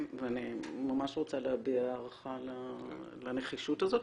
ואני ממש רוצה להביע הערכה לנחישות הזאת,